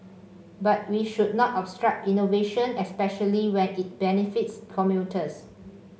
but we should not obstruct innovation especially when it benefits commuters